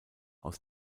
aus